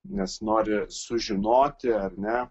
nes nori sužinoti ar ne